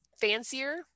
fancier